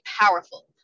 powerful